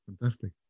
Fantastic